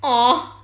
!aww!